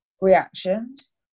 reactions